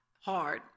hard